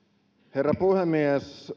herra puhemies